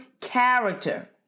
character